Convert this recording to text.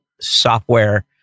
Software